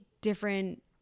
different